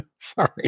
Sorry